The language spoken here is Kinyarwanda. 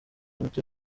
muti